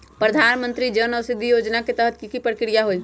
प्रधानमंत्री जन औषधि योजना के तहत की की प्रक्रिया होई?